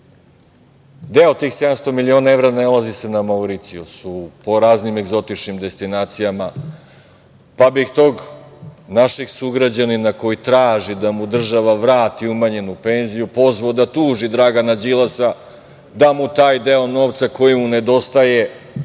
Deo tih 700 miliona evra nalazi se na Mauricijusu, po raznim egzotičnim destinacijama, pa, bih tog našeg sugrađanina koji traži da mu država vrati umanjenu penziju, pozvao da tuži Dragana Đilasa, da mu taj deo novca koji mu nedostaje,